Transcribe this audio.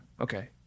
okay